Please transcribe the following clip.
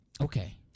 Okay